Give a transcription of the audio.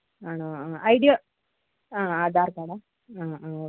ആണോ ആ ഐഡിയോ ആ ആധാർ കാർഡാ ആ ആ ഓക്കെ